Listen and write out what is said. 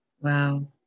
wow